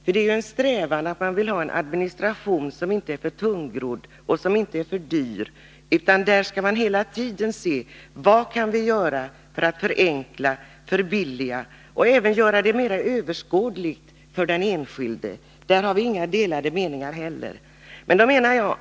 Vår strävan bör vara att få en administration som inte är för tungrodd och dyr. Vi måste hela tiden fråga oss: Vad kan vi göra för att förenkla och förbilliga 37 systemet och även göra det mer överskådligt för den enskilde? Där har vi inte heller några delade meningar.